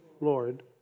Lord